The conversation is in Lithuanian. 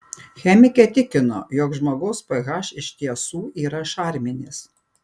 chemikė tikino jog žmogaus ph iš tiesų yra šarminis